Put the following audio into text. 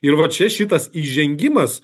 ir vat čia šitas įžengimas